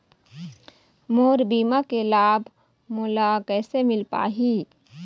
मोर बीमा के लाभ मोला कैसे मिल पाही?